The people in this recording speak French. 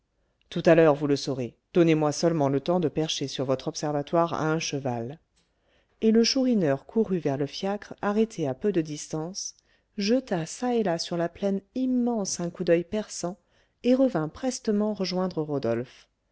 tout à l'heure vous le saurez donnez-moi seulement le temps de percher sur votre observatoire à un cheval et le chourineur courut vers le fiacre arrêté à peu de distance jeta çà et là sur la plaine immense un coup d'oeil perçant et revint prestement rejoindre rodolphe